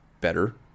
better